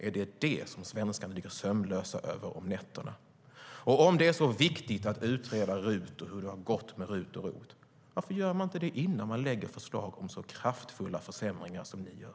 Är det det som svenskarna ligger sömnlösa över om nätterna? Och om det är så viktigt att utreda hur det har gått med RUT och ROT, varför gör man inte det innan man lägger fram förslag om så kraftfulla försämringar som ni gör?